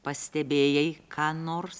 pastebėjai ką nors